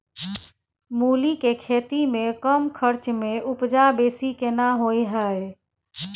मूली के खेती में कम खर्च में उपजा बेसी केना होय है?